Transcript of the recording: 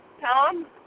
Tom